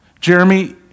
Jeremy